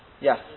Yes